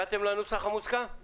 אנחנו